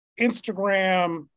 Instagram